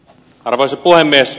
arvoisa puhemies